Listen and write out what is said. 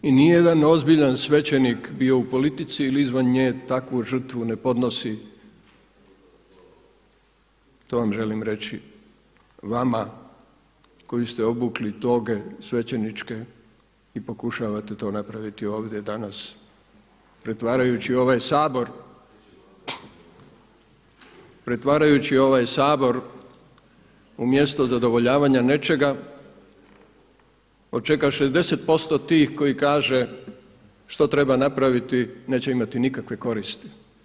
I nijedan ozbiljan svećenik bio u politici ili izvan nje takvu žrtvu ne podnosi to vam želim reći, vama koji ste obukli toge svećeničke i pokušavate to napraviti ovdje danas pretvarajući ovaj Sabor u mjesto zadovoljavanja nečega od čega 60% tih koji kaže što treba napraviti neće imati nikakve koristi.